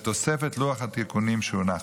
בתוספת לוח התיקונים שהונח.